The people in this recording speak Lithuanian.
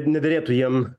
nederėtų jiem